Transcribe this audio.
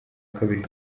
kabiri